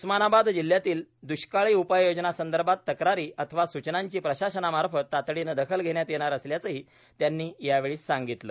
उस्मानाबाद जिल्ह्यातील द्ष्काळी उपाय योजनासंदर्भात तक्रारी अथवा सूचनांची प्रशासनामार्फत तातडीने दखल घेण्यात येणार असल्याचेही त्यांनी यावेळी सांगितले